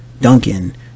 Duncan